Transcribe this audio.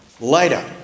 later